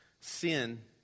sin